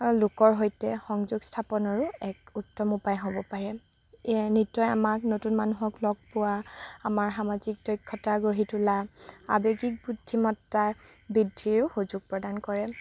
লোকৰ সৈতে সংযোগ স্থাপনৰো এক উত্তম উপায় হ'ব পাৰে এই নৃত্যই আমাক নতুন মানুহক লগ পোৱা আমাৰ সামাজিক দক্ষতা গঢ়ি তোলা আৱেগিক বুদ্ধিমত্তা বৃদ্ধিৰো সুযোগ প্ৰদান কৰে